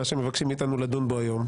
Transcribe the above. מה שמבקשים מאיתנו לדון בו היום.